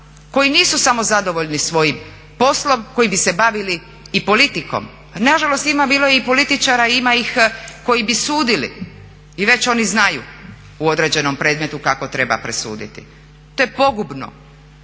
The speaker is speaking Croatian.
koji nisu samo zadovoljni svojim poslom, koji bi se bavili i politikom. A na žalost ima, bilo je i političara, ima ih koji bi sudili i već oni znaju u određenom predmetu kako treba presuditi. To je pogubno.